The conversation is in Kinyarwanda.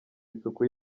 isuku